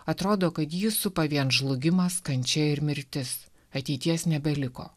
atrodo kad jį supa vien žlugimas kančia ir mirtis ateities nebeliko